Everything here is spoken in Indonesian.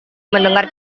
mendengar